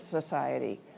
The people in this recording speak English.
society